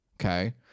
Okay